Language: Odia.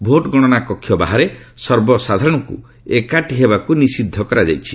ଭୋଟ୍ଗଣନା କକ୍ଷ ବାହାରେ ସର୍ବସାଧାରଣଙ୍କୁ ଏକାଠି ହେବାକୁ ନିଷିଦ୍ଧ କରାଯାଇଛି